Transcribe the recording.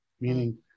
meaning